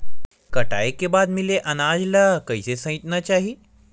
कटाई के बाद मिले अनाज ला कइसे संइतना चाही?